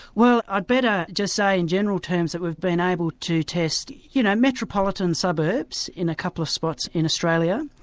well i'd better just say in general terms that we've been able to test you know metropolitan suburbs in a couple of spots in australia,